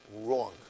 Wrong